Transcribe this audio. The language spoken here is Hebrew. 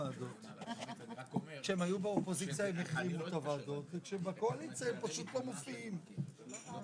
הוועדה תמשיך לעקוב ולפקח על פעילותם של